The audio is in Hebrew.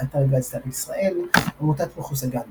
באתר "גיידסטאר ישראל" עמותת מחוסגן